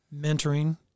mentoring